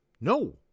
No